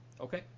Okay